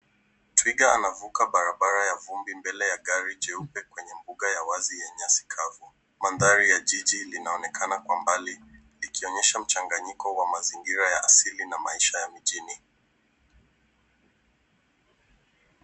Twiga anavuka barabara ya vumbi mbele ya gari jeupe kwenye mbuga ya wazi ya nyasi kavu. Mandhari ya jiji inaonekana kwa mbali ikionyesha mchanganyiko wa mazingira ya asili na maisha ya mijini.